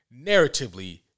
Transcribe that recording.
narratively